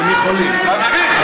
אתם יכולים.